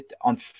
on